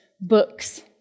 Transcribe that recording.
books